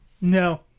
No